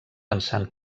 pensant